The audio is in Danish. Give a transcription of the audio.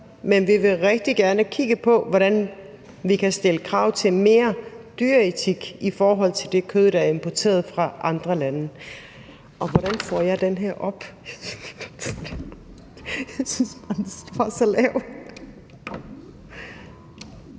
men vi vil rigtig gerne kigge på, hvordan vi kan stille krav til mere dyreetik i forhold til det kød, der er importeret fra andre lande. Og hvordan får jeg mikrofonen op? Jeg synes bare, den var så lav.